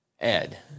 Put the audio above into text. Ed